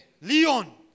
Leon